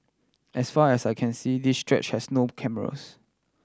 as far as I can see this stretch has no cameras